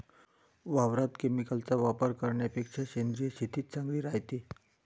वावरात केमिकलचा वापर करन्यापेक्षा सेंद्रिय शेतीच चांगली रायते